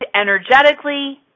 energetically